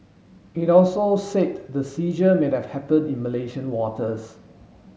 it also said the seizure may have happen in Malaysian waters